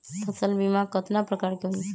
फसल बीमा कतना प्रकार के हई?